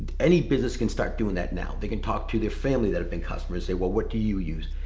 any business can start doing that now. they can talk to their family that have been customers, say, well, what do you use?